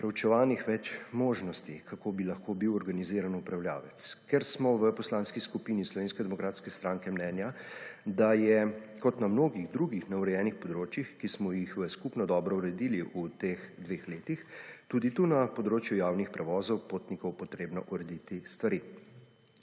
preučevanih več možnosti kako bi lahko bil organiziran upravljavec. Ker smo v Poslanski skupini Slovenske demokratske stranke mnenja, da je kot na mnogih drugih neurejenih področjih, ki smo jih v skupno dobro uredili v teh dveh letih tudi tu na področju javnih prevozov, potnikov, potrebno urediti stvari.